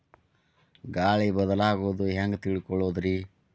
ಗಾಳಿ ಬದಲಾಗೊದು ಹ್ಯಾಂಗ್ ತಿಳ್ಕೋಳೊದ್ರೇ?